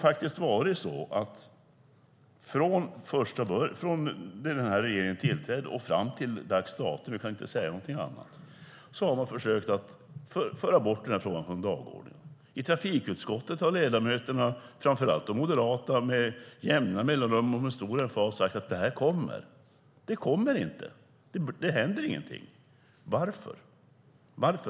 Från det att denna regering tillträdde och fram till dags dato kan det inte sägas annat än att man har försökt föra bort frågan från dagordningen. I trafikutskottet har ledamöterna, framför allt de moderata, med jämna mellanrum och med stor emfas sagt att det kommer. Det kommer inte; det händer ingenting. Varför?